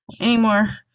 anymore